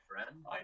friend